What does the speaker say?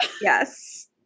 Yes